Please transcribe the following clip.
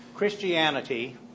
Christianity